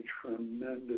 tremendous